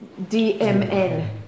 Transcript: DMN